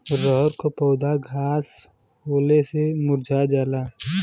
रहर क पौधा घास होले से मूरझा जाला